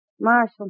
Marshall